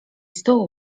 stół